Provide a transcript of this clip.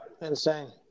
Insane